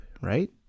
right